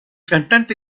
cantante